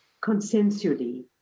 consensually